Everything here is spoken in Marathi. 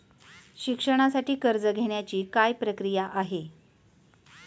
शिक्षणासाठी कर्ज घेण्याची काय प्रक्रिया आहे?